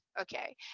okay